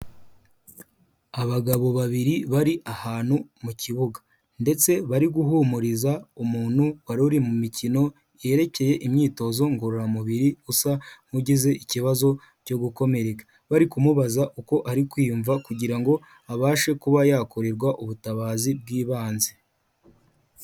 Abagabo babiri bari ahantu mu kibuga ndetse bari guhumuriza umuntu wari uri mu mikino yerekeye imyitozo ngororamubiri usa nk'ugize ikibazo cyo gukomereka bari kumubaza uko ari kwiyumva kugira ngo abashe kuba yakorerwa ubutabazi bw'ibanze.